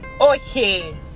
okay